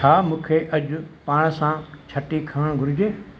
छा मूंखे अॼु पाण सां छटी खणणु घुरिजे